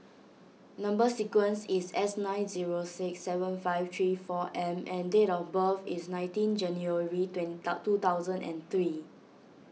Number Sequence is S nine zero six seven five three four M and date of birth is nineteen January twenty two thousand and three